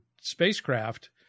spacecraft